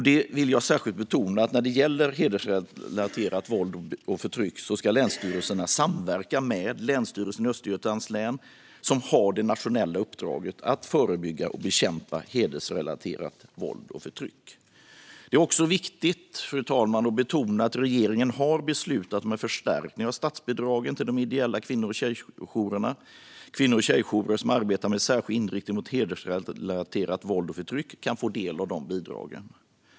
Jag vill särskilt betona att när det gäller hedersrelaterat våld och förtryck ska länsstyrelserna samverka med Länsstyrelsen i Östergötlands län, som har det nationella uppdraget att förebygga och bekämpa hedersrelaterat våld och förtryck. Fru talman! Det är också viktigt att betona att regeringen har beslutat om en förstärkning av statsbidragen till de ideella kvinno och tjejjourerna. Kvinno och tjejjourer som arbetar med särskild inriktning mot hedersrelaterat våld och förtryck kan få del av bidragen.